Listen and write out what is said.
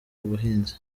ubuhinzi